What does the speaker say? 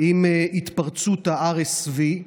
עם התפרצות ה-RSV,